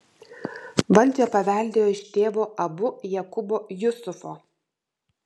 valdžią paveldėjo iš tėvo abu jakubo jusufo